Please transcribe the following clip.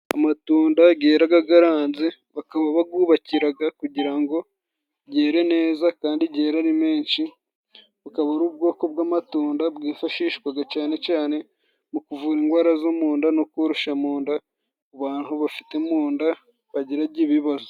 Amatunda gera garanze bakaba bagubakiraga kugira ngo gere neza, kandi gere ari menshi. Bukaba ari ubwoko bw'amatunda bwifashishwaga cane cane mu kuvura indwara zo mu nda no kurusha mu nda ku bantu bafite mu nda bagiraga ibibazo.